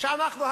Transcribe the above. ואני מקווה